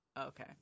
Okay